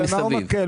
במה הוא מקל?